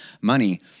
money